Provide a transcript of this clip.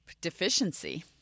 deficiency